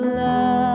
love